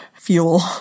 fuel